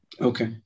okay